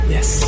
Yes